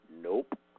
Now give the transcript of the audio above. Nope